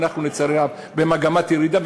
ואנחנו לצערי הרב במגמת ירידה.